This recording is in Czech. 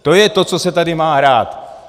To je to, co se tady má hrát.